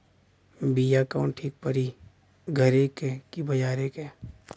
बिया कवन ठीक परी घरे क की बजारे क?